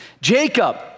Jacob